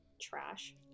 Trash